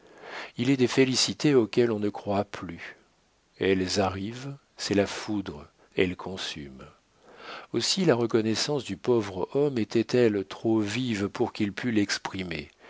il est des félicités auxquelles on ne croit plus elles arrivent c'est la foudre elles consument aussi la reconnaissance du pauvre homme était-elle trop vive pour qu'il pût l'exprimer